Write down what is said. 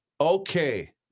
Okay